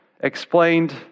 Explained